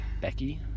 Becky